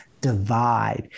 divide